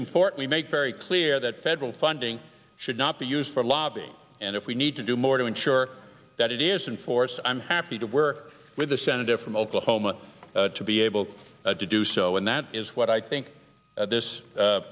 important to make very clear that federal funding should not be used for lobby and if we need to do more to ensure that it is in force i'm happy to work with the senator from oklahoma to be able to do so and that is what i think th